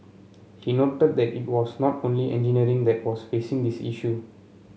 he noted that it was not only engineering that was facing this issue